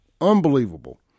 Unbelievable